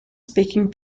speaking